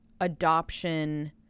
adoption